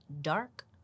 dark